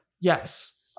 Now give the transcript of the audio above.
yes